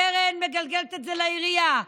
הקרן מגלגלת את זה לעירייה,